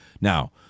Now